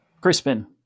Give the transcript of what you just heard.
Crispin